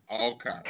Okay